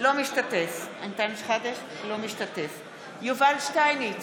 לא משתתף יובל שטייניץ,